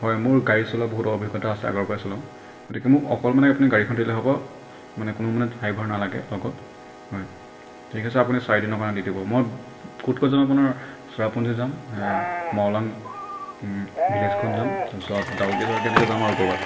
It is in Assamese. হয় মোৰ গাড়ী চলোৱাৰ বহুত অভিজ্ঞতা আছে আগৰ পৰাই চলাওঁ গতিকে মোক অকল মানে আপুনি গাড়ীখন দিলেই হ'ব মানে কোনো মানে ড্ৰাইভাৰ নালাগে লগত হয় ঠিক আছে আপুনি চাৰিদিনৰ কাৰণে দি দিব মই ক'ত ক'ত যাম আপোনাৰ চেৰাপুঞ্জী যাম মাউলাং ভিলেজখন যাম তাৰ পিছৰ ডাওকি চাওকি এনেকে যাম আৰু ক'ৰবাত